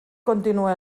continue